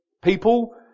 People